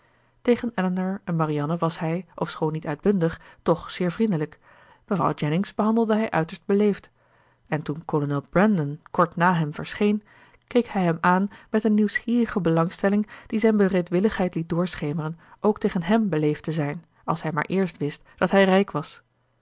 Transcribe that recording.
tegen elinor en marianne was hij ofschoon niet uitbundig toch zeer vriendelijk mevrouw jennings behandelde hij uiterst beleefd en toen kolonel brandon kort na hem verscheen keek hij hem aan met een nieuwsgierige belangstelling die zijn bereidwilligheid liet doorschemeren ook tegen hèm beleefd te zijn als hij maar eerst wist dat hij rijk was